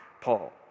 Paul